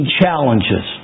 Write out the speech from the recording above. challenges